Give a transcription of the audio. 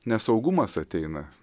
nesaugumas ateina